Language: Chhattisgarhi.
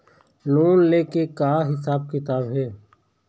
लोन ले के का हिसाब किताब हे?